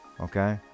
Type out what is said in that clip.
okay